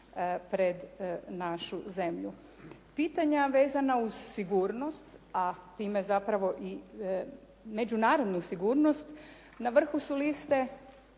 pred našu zemlju. Pitanja vezana uz sigurnost a time zapravo i međunarodnu sigurnost na vrhu su liste